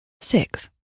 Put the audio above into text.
six